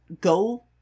go